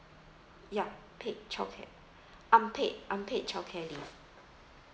ya paid childcare unpaid unpaid childcare leave